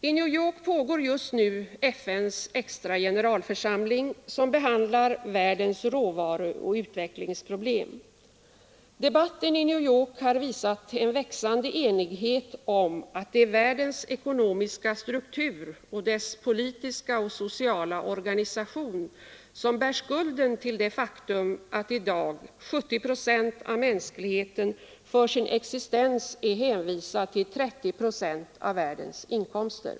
I New York pågår just nu FN:s extra generalförsamling, som behandlar världens råvaruoch utvecklingsproblem. Debatten i New York har visat en växande enighet om att det är världens ekonomiska struktur och dess politiska och sociala organisation som bär skulden till det faktum att i dag 70 procent av mänskligheten för sin existens är hänvisad till 30 procent av världens inkomster.